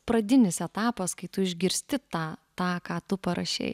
pradinis etapas kai tu išgirsti tą tą ką tu parašei